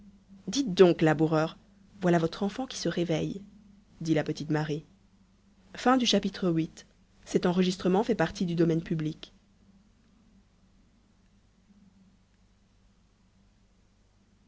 dites donc laboureur voilà votre enfant qui se réveille dit la petite marie